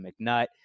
McNutt